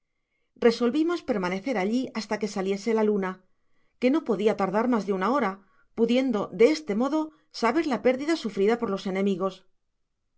resolvimos perma necer allí hasta que saliese la luna que no podia tardar mas de una hora pudiendo de este modo saber la pérdida sufrida por los enemigos